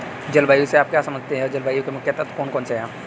जलवायु से आप क्या समझते हैं जलवायु के मुख्य तत्व कौन कौन से हैं?